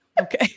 Okay